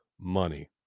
Money